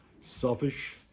selfish